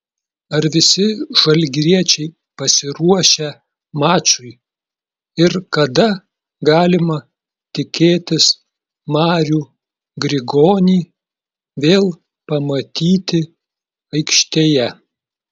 ar visi žalgiriečiai pasiruošę mačui ir kada galima tikėtis marių grigonį vėl pamatyti aikštėje